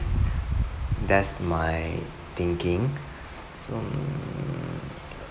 that's my thinking so